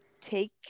take